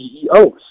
CEOs